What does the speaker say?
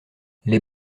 les